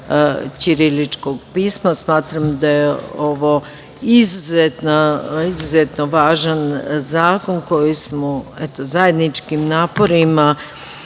ćiriličkog pisma. Smatram da je ovo izuzetno važan zakon koji smo, eto zajedničkim naporima